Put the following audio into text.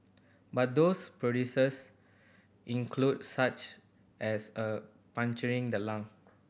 but those produces include such as of puncturing the lung